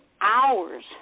hours